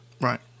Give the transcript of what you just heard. right